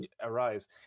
arise